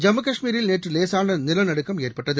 ஜம்மு கஷ்மீரில் நேற்று லேசான நிலநடுக்கம் ஏற்பட்டது